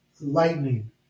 lightning